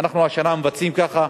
השנה אנחנו מבצעים כך,